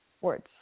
words